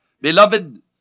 Beloved